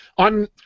On